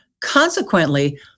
Consequently